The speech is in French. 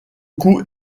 coût